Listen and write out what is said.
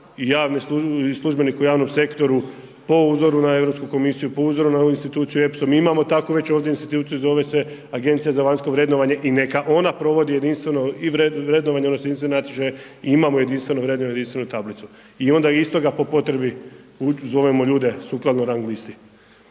i službenike u javnom sektoru po uzoru na Europsku komisiju, po uzoru na ovu instituciju …/nerazumljivo/… mi imamo takvu već ovdje instituciju zove se Agencija za vanjsko vrednovanje i neka ona provodi jedinstveno i vrednovanje odnosno jedinstvene natječaje i imamo jedinstveno vrednovanje, jedinstvenu tablicu. I onda iz toga po potrebi zovemo ljude sukladno rang listi.